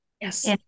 Yes